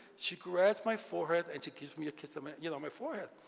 she grabs my forehead and she gives me a kiss um and yeah on my forehead.